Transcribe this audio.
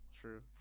True